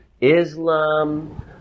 Islam